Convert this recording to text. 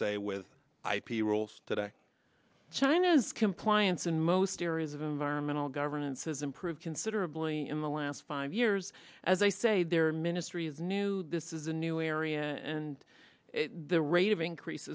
say with ip rules today china's compliance in most areas of environmental governance has improved considerably in the last five years as they say their ministry is new this is a new area and the rate of increase